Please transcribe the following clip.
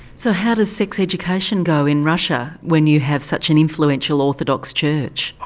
so how does sex education go in russia when you have such an influential orthodox church?